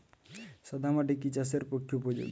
সাদা মাটি কি চাষের পক্ষে উপযোগী?